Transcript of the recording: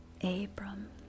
Abram